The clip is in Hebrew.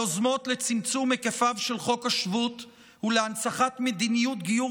היוזמות לצמצום היקפיו של חוק השבות ולהנצחת מדיניות גיור